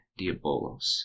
Diabolos